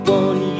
one